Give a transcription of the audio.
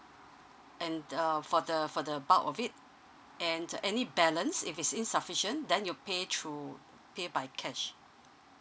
and uh for the for the part of it and any balance if it's insufficient then you pay through pay by cash